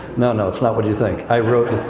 no, no, it's not what you think. i wrote,